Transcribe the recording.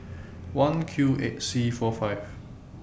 one Q eight C four five